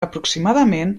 aproximadament